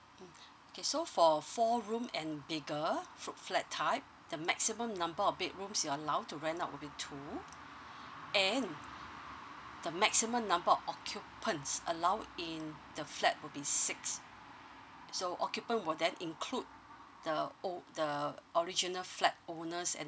okay so for four room and bigger foot flat type the maximum number of bedrooms you're allowed to rent out will be two and the maximum number of occupants allowed in the flat would be six so occupant will then include the oh the original flat owners and the